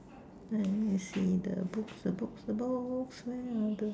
I need see the books the books the books where are the